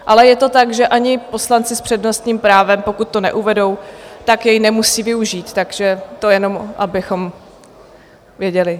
Ale je to tak, že ani poslanci s přednostním právem, pokud to neuvedou, jej nemusí využít, takže to jenom abychom věděli.